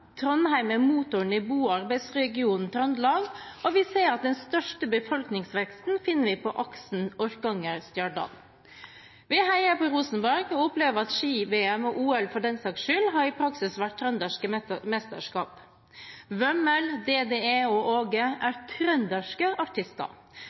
Trondheim er motoren i bo- og arbeidsregionen Trøndelag, og vi ser at den største befolkningsveksten finner vi på aksen Orkanger–Stjørdal. Vi heier på Rosenborg og opplever at ski-VM og OL, for den saks skyld, i praksis har vært trønderske mesterskap. Vømmøl, DDE og Åge er trønderske artister. Våre spel og festivaler viser med tydelighet at kulturen og